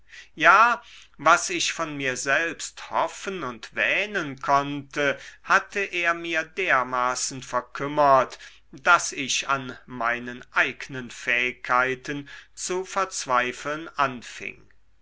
ja was ich von mir selbst hoffen und wähnen konnte hatte er mir dermaßen verkümmert daß ich an meinen eignen fähigkeiten zu verzweifeln anfing